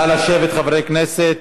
נא לשבת, חברי הכנסת.